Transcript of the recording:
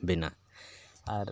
ᱵᱮᱱᱟᱜ ᱟᱨ